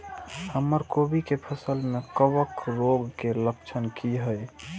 हमर कोबी के फसल में कवक रोग के लक्षण की हय?